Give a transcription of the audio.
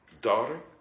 daughter